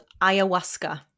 ayahuasca